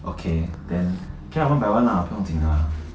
okay then can one by one lah 不用紧 ah